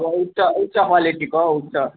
अब उच्च उच्च क्वालिटीको उच्च